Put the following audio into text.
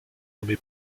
nommé